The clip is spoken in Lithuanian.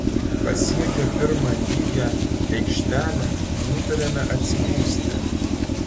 pasiekę pirmą lygią aikštelę nutarėme atsipūsti